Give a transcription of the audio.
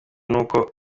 n’uko